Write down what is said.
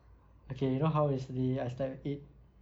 okay you know how yesterday I slept at eight